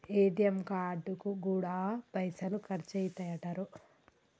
ATM కార్డుకు గూడా పైసలు ఖర్చయితయటరో